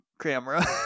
camera